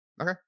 okay